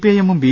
ഐഎമ്മും B